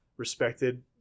respected